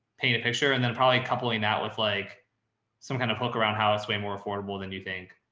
paint a picture and then probably a coupling that with like some kind of hook around how it's way more affordable than you think,